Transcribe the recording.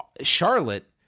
Charlotte